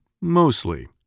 mostly